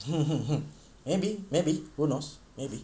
hmm hmm hmm maybe maybe who knows maybe